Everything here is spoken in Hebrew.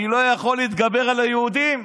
אני לא יכול להתגבר על היהודים?